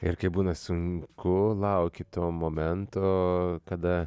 ir kai būna sunku lauki to momento kada